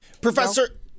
Professor